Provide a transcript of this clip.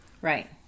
Right